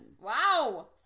Wow